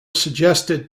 suggested